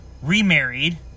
remarried